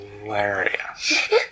hilarious